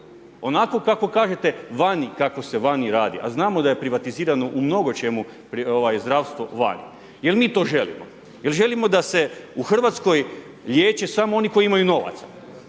onako kako kažete vani, kako se vani radi, a znamo da je privatizirano u mnogo čemu zdravstvo vani. Jer mi to želimo? Jer želimo da se u Hrvatskoj liječe samo oni koji imaju novaca